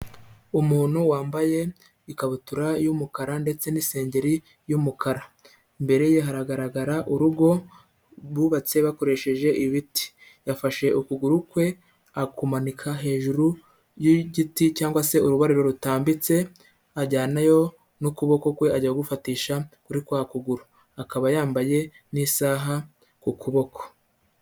Umuntu wambaye ikabutura y'umukara ndetse n'isengeri y'umukara, imbere ye haragaragara urugo bubatse bakoresheje ibiti, yafashe ukuguru kwe akumanika hejuru y'igiti, cyangwa se urubariro rutambitse, ajyanayo n'ukuboko kwe ajya kugufatisha kuri kwa kuguru, akaba yambaye n'isaha ku kuboko.